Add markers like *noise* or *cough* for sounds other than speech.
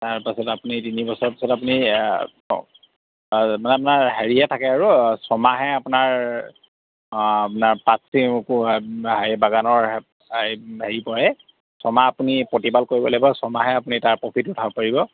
তাৰ পাছত আপুনি তিনিবছৰ পাছত আপুনি আ অ মানে আপোনাৰ হেৰিহে থাকে আৰু ছমাহে আপোনাৰ আপোনাৰ পাত *unintelligible* বাগানৰ হেৰি বহে ছমাহ আপুনি প্ৰতিপাল কৰিব লাগিব ছমাহে আপুনি তাৰ প্ৰফিট উঠাব পাৰিব